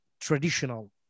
traditional